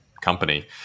company